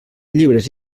llibres